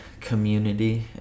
community